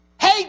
Hey